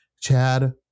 Chad